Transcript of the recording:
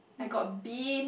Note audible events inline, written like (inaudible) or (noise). mm (breath)